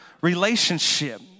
relationship